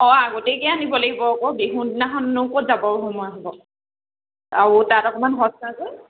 অঁ আগতীয়াকৈ আনিব লাগিব আকৌ বিহুৰ দিনাখননো ক'ত যাবৰ সময় হ'ব আৰু তাত অকণমান সস্তা যে